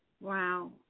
Wow